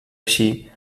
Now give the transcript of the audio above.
així